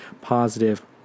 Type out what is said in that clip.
positive